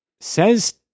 says